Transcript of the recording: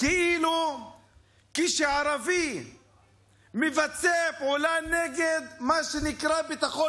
כאילו שכשערבי מבצע פעולה נגד מה שנקרא ביטחון